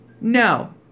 No